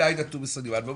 אל עאידה תומא סלימאן ואל